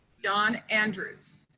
don andrews.